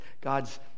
God's